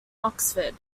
oxford